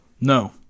No